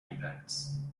impacts